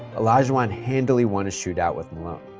olajuwon handily won a shootout with malone.